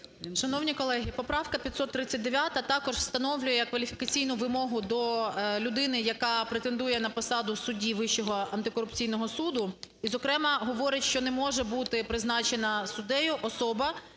ОСТРІКОВА Т.Г. Поправка 539 також встановлює кваліфікаційну вимогу до людини, яка презентує на посаду судді Вищого антикорупційного суду і зокрема говорить, що не може бути призначена суддею особи,